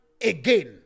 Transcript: again